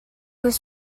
was